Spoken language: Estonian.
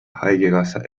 haigekassa